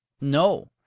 No